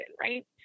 right